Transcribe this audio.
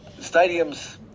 stadiums